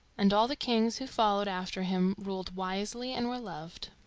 and all the kings who followed after him ruled wisely and were loved.